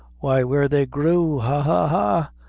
why, where they grew ha, ha, ha!